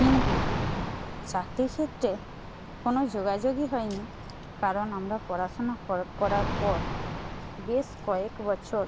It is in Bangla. কিন্তু চাকরির ক্ষেত্রে কোনো যোগাযোগই হয়নি কারণ আমরা পড়াশোনা করার পর বেশ কয়েক বছর